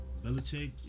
Belichick